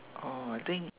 oh I think